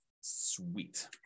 Sweet